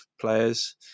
players